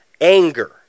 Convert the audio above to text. anger